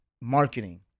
marketing